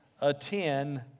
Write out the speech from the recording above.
attend